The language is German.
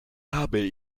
habe